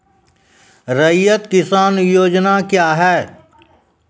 रैयत किसान योजना क्या हैं?